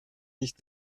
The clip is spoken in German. nicht